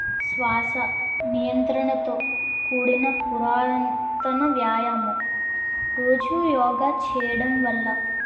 శ్వాస నియంత్రణతో కూడిన పురాతన వ్యాయామం రోజూ యోగా చేయడం వల్ల